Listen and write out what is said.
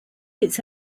its